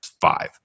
five